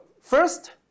first